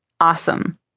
Awesome